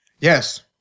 Yes